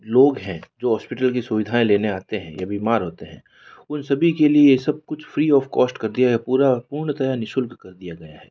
लोग हैं जो हॉस्पिटल की सुविधाएं लेने आते हैं या बीमार होते हैं उन सभी के लिए सब कुछ फ्री ऑफ़ कॉस्ट कर दिया है पूरा पूर्णतः निशुल्क कर दिया गया है